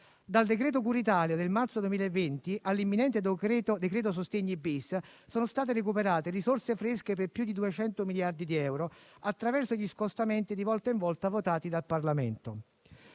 Dal decreto-legge cura Italia del marzo 2020 all'imminente decreto sostegni *bis* sono state recuperate risorse fresche per più di 200 miliardi di euro, attraverso gli scostamenti di bilancio di volta in volta votati dal Parlamento.